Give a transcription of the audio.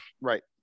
Right